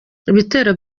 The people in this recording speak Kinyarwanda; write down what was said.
ibitero